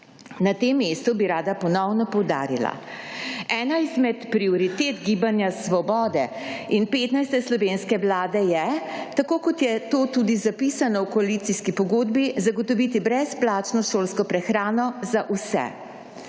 Na tem mestu bi rada ponovno poudarila, ena izmed prioritet Gibanja Svobode in 15. slovenske Vlade je, tako kot je to tudi zapisano v koalicijski pogodbi, zagotoviti brezplačno šolsko prehrano za vse.